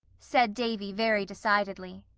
said davy very decidedly,